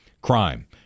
Crime